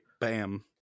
bam